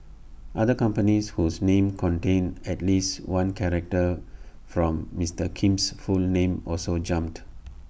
other companies whose names contained at least one character from Mister Kim's full name also jumped